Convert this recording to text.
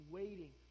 waiting